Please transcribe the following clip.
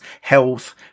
health